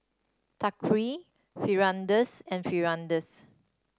Thaqif Firdaus and Firdaus